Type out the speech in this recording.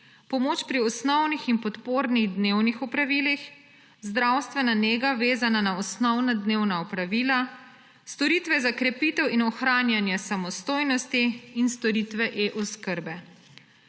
pomoč pri osnovnih in podpornih dnevnih opravilih, zdravstvena nega, vezana na osnovna dnevna opravila, storitve za krepitev in ohranjanje samostojnosti in storitve e-oskrbe.